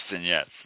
yes